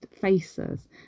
faces